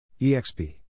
EXP